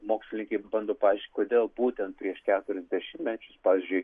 mokslininkai bando paaiškint kodėl būtent prieš keturis dešimtmečius pavyzdžiui